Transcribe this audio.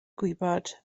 gwybod